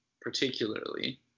particularly